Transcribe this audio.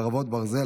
חרבות ברזל),